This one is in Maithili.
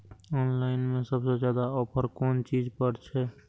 ऑनलाइन में सबसे ज्यादा ऑफर कोन चीज पर छे?